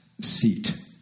seat